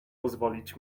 pozwolić